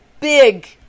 big